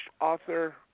author